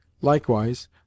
Likewise